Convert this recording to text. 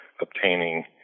obtaining